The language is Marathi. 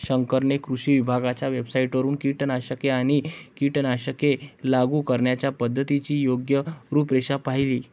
शंकरने कृषी विभागाच्या वेबसाइटवरून कीटकनाशके आणि कीटकनाशके लागू करण्याच्या पद्धतीची योग्य रूपरेषा पाहिली